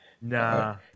Nah